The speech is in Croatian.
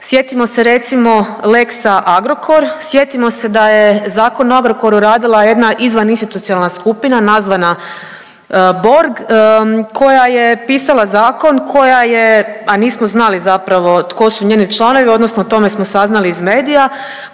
Sjetimo se recimo lexa Agrokor, sjetimo se da je Zakon o Agrokoru radila jedna izvan institucionalna skupina nazvana Borg koja je pisala zakon, koja je, a nismo znali zapravo tko su njeni članovi, odnosno o tome smo saznali iz medija,